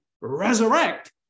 resurrect